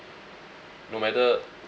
no matter